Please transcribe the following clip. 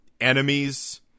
enemies